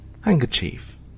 Handkerchief